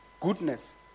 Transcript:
goodness